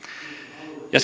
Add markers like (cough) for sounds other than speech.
ja (unintelligible)